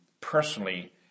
personally